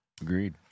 Agreed